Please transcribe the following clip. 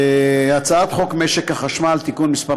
הצעת חוק משק החשמל (תיקון מס'